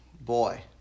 Boy